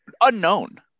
unknown